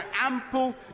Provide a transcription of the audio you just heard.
ample